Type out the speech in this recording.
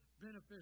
beneficial